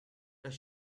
does